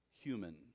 human